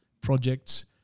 projects